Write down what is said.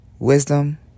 Wisdom